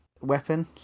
weapon